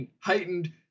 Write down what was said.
heightened